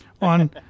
on